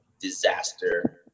disaster